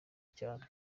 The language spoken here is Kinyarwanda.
cyane